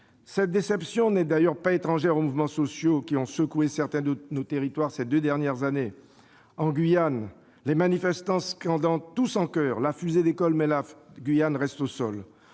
Cette déception n'est d'ailleurs pas étrangère aux mouvements sociaux qui ont secoué certains de nos territoires ces deux dernières années. En Guyane, les manifestants, scandant tous en coeur :« la fusée décolle, mais la Guyane reste au sol